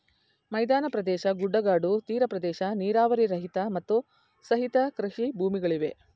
ಮೈದಾನ ಪ್ರದೇಶ, ಗುಡ್ಡಗಾಡು, ತೀರ ಪ್ರದೇಶ, ನೀರಾವರಿ ರಹಿತ, ಮತ್ತು ಸಹಿತ ಕೃಷಿ ಭೂಮಿಗಳಿವೆ